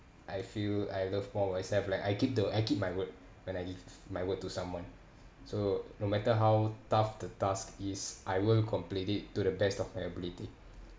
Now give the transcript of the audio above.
I feel I love for myself like I keep the I keep my word when I give my word to someone so no matter how tough the task is I will complete it to the best of my ability